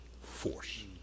force